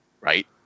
right